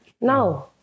No